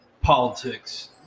politics